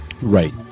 Right